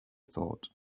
thought